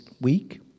week